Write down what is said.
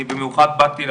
אני במיוחד באתי,